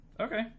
Okay